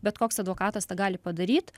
bet koks advokatas tą gali padaryt